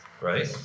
right